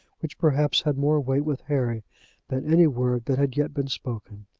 which perhaps had more weight with harry than any word that had yet been spoken.